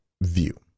view